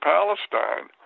Palestine